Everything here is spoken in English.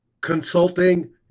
consulting